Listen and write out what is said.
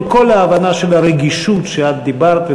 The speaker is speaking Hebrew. עם כל ההבנה של הרגישות שאת דיברת עליה,